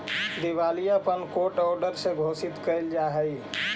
दिवालियापन court order से घोषित कैल जा हई